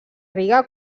riga